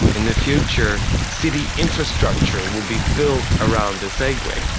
in the future, city infrastructure will be built around the segway.